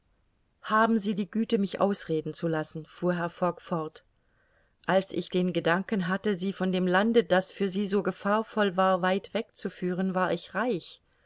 haben sie die güte mich ausreden zu lassen fuhr herr fogg fort als ich den gedanken hatte sie von dem lande das für sie so gefahrvoll war weit wegzuführen war ich reich